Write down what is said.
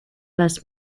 les